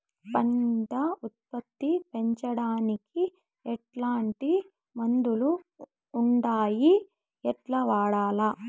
పంట ఉత్పత్తి పెంచడానికి ఎట్లాంటి మందులు ఉండాయి ఎట్లా వాడల్ల?